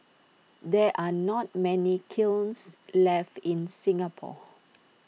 there are not many kilns left in Singapore